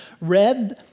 read